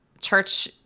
church